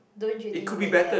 don't you think it make sense